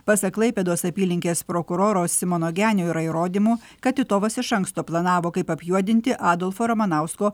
pasak klaipėdos apylinkės prokuroro simono genio yra įrodymų kad titovas iš anksto planavo kaip apjuodinti adolfo ramanausko